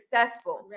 successful